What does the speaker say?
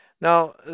Now